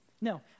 No